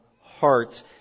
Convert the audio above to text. hearts